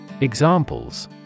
Examples